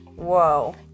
Whoa